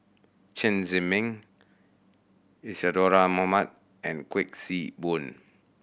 Chen Zhiming Isadhora Mohamed and Kuik Swee Boon